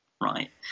right